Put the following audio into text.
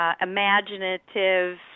Imaginative